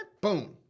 Boom